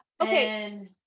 Okay